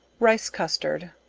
rice custard.